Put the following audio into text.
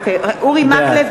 (קוראת בשמות חברי הכנסת) אורי מקלב,